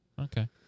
Okay